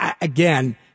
Again